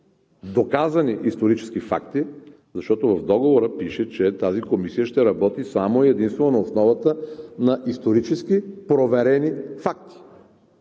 доказани исторически факти, защото в договора пише, че тази комисия ще работи само и единствено на основата на исторически проверени документи.